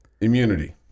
immunity